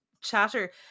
chatter